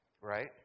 Right